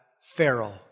Pharaoh